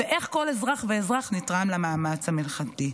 ואיך כל אזרח ואזרח נרתם למאמץ המלחמתי.